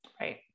Right